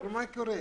מה קורה?